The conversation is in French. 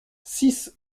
six